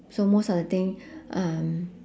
so most of the thing um